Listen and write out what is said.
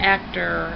actor